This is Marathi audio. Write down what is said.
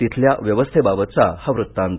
तिथल्या व्यवस्थेबाबतचा हा वृत्तांत